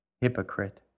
hypocrite